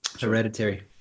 Hereditary